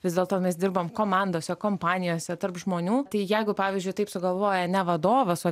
vis dėlto mes dirbam komandose kompanijose tarp žmonių tai jeigu pavyzdžiui taip sugalvoja ne vadovas o